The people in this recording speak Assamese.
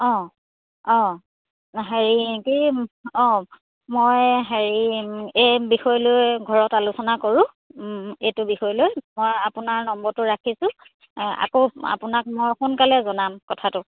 অঁ অঁ হেৰি কি অঁ মই হেৰি এই বিষয়লৈ ঘৰত আলোচনা কৰোঁ এইটো বিষয়লৈ মই আপোনাৰ নম্বৰটো ৰাখিছোঁ আকৌ আপোনাক মই সোনকালে জনাম কথাটো